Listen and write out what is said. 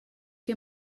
que